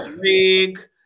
big